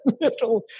little